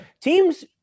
teams